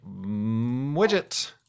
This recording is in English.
widget